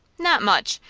not much.